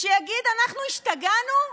שיגיד: אנחנו השתגענו?